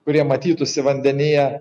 kurie matytųsi vandenyje